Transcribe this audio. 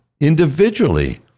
individually